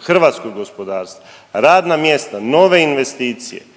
hrvatskog gospodarstva, radna mjesta, nove investicije